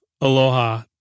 aloha